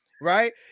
right